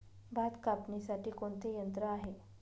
भात कापणीसाठी कोणते यंत्र आहे?